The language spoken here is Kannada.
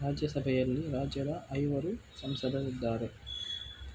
ರಾಜ್ಯಸಭೆಯಲ್ಲಿ ರಾಜ್ಯದ ಐವರು ಸಂಸದರಿದ್ದಾರೆ